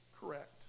correct